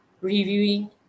reviewing